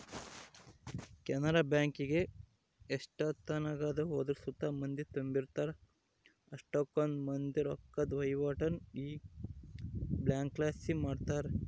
ಕೆನರಾ ಬ್ಯಾಂಕಿಗೆ ಎಷ್ಟೆತ್ನಾಗ ಹೋದ್ರು ಸುತ ಮಂದಿ ತುಂಬಿರ್ತಾರ, ಅಷ್ಟಕೊಂದ್ ಮಂದಿ ರೊಕ್ಕುದ್ ವಹಿವಾಟನ್ನ ಈ ಬ್ಯಂಕ್ಲಾಸಿ ಮಾಡ್ತಾರ